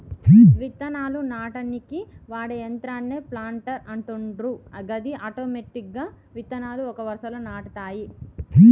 విత్తనాలు నాటనీకి వాడే యంత్రాన్నే ప్లాంటర్ అంటుండ్రు గది ఆటోమెటిక్గా విత్తనాలు ఒక వరుసలో నాటుతాయి